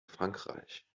frankreich